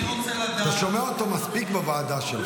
אתה שומע אותו מספיק בוועדה שלך.